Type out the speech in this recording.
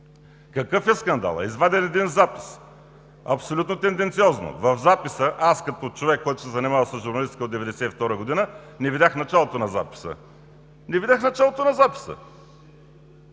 Какъв е скандалът!? Извадили един запис! Абсолютно тенденциозно! В записа аз като човек, който се занимава с журналистика от 1992 г., не видях началото на записа. Не видях началото на записа!!!